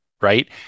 Right